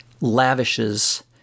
lavishes